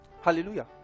hallelujah